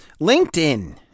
LinkedIn